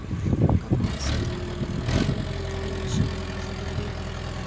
कपास से धागा बनावे में कताई मशीन बड़ा जरूरी होला